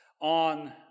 on